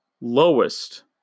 lowest